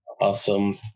Awesome